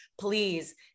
please